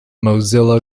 mozilla